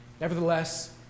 Nevertheless